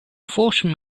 forcing